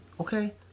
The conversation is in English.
okay